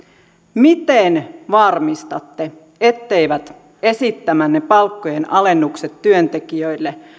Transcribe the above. miten varmistatte etteivät esittämänne palkkojen alennukset työntekijöille